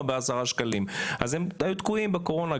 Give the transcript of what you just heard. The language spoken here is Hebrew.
בעשרה שקלים אז הם היו תקועים בקורונה,